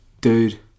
dude